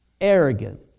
arrogant